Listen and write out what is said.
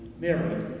Mary